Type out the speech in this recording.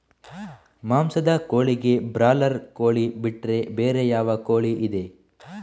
ಮಾಂಸದ ಕೋಳಿಗೆ ಬ್ರಾಲರ್ ಕೋಳಿ ಬಿಟ್ರೆ ಬೇರೆ ಯಾವ ಕೋಳಿಯಿದೆ?